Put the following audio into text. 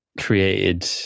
created